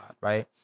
right